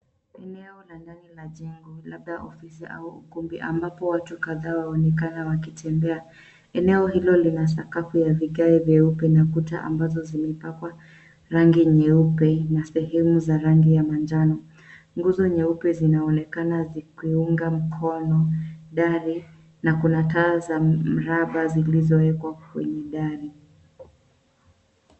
Eneo la ndani la jengo, labda ofisi au ukumbi ambapo watu kadhaa waonekana wakitembea. Eneo hilo lina sakafu ya vigae vyeupe na kuta ambazo zimepakwa rangi nyeupe, na sehemu za rangi ya manjano. Nguzo nyeupe zinaonekana zikiunga mkono dari, na kuna taa za mraba zilizowekwa kwenye gari.